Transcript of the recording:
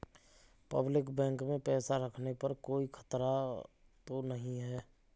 Public bank में पैसा रखने पर कोई खतरा तो नहीं है?